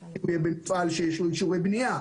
מפעל שיש לו אישורי בנייה,